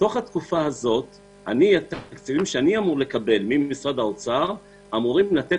בתוך התקופה הזאת התקציבים שאני אמור לקבל ממשרד האוצר אמורים לתת